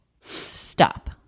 Stop